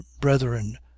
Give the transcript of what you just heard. brethren